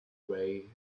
way